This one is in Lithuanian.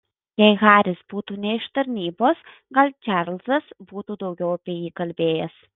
jei haris būtų ne iš tarnybos gal čarlzas būtų daugiau apie jį kalbėjęs